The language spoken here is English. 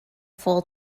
full